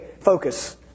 focus